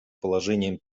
положением